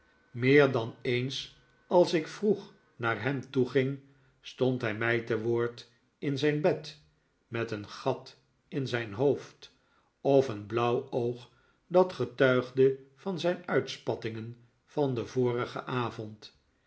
meer dan eens als ik vroeg naar hem toeging stond hij mij te woord in zijn bed met een gat in zijn hoofd of een blauw oog dat getuigde van zijn uitspattingen van den vorigen avond